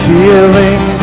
Healing